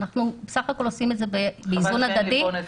אנחנו בסך הכול עושים את זה במסלול הדדי.